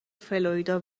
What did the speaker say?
فلوریدا